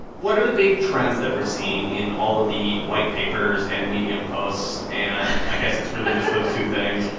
what are the big trends that we're seeing in all of the white papers and medium posts and i guess it's really just those two things.